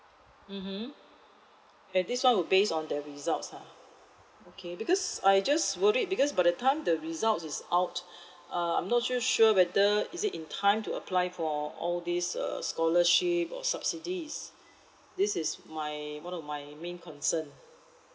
mmhmm and this one will based on their results lah okay because I just worried because by the time the results is out err I'm not too sure whether is it in time to apply for all these uh scholarship or subsidies this is my one of my main concern